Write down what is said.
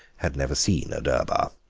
had never seen a durbar.